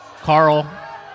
Carl